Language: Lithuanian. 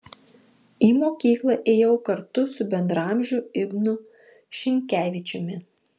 į mokykla ėjau kartu su bendraamžiu ignu šinkevičiumi